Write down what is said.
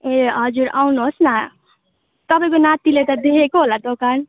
ए हजुर आउनुहोस् न तपाईँको नातिले त देखेको होला दोकान